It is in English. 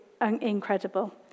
incredible